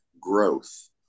growth